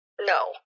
No